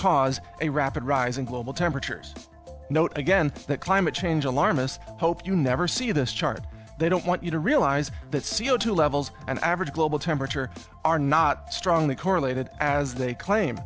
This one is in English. cause a rapid rise in global temperatures note again that climate change alarmists hope you never see this chart they don't want you to realize that c o two levels and average global temperature are not strongly correlated as they claim